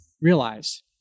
realize